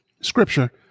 scripture